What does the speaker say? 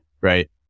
right